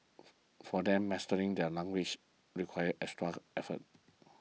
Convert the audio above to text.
for them mastering the language requires extra effort